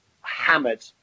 hammered